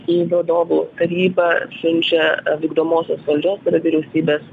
į vadovų tarybą siunčia vykdomosios valdžios vyriausybės